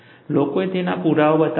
લોકોએ તેના પુરાવા બતાવ્યા છે